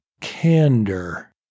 candor